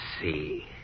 see